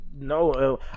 no